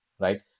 right